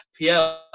FPL